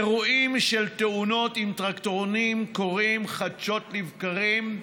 אירועים של תאונות עם טרקטורונים קורים חדשות לבקרים,